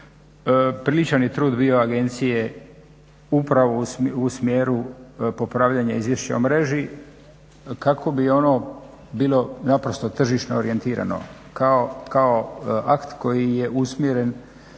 Priličan je trud bio agencije upravo u smjeru popravljanja izvješća o mreži kako bi ono bilo naprosto tržišno orijentirano kao akt koji je usmjeren